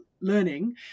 learning